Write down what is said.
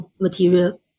material